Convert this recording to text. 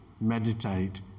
meditate